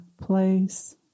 place